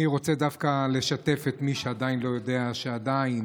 אני רוצה דווקא לשתף את מי שעדיין לא יודע שעדיין